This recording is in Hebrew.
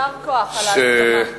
יישר כוח על ההסכמה.